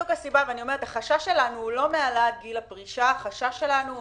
החשש שלנו הוא לא מהעלאת גיל הפרישה אלא